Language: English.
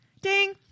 Ding